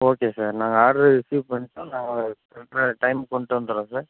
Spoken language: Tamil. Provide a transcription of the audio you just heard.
ஓகே சார் நாங்கள் ஆட்ரு ரிசீவ் பண்ணிட்டா நாங்கள் டைம்க்கு கொண்டு வந்துடுறோம் சார்